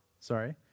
sorry